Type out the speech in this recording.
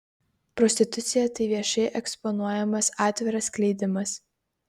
prostitucija tai viešai eksponuojamas atviras skleidimas